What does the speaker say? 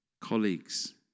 colleagues